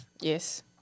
Yes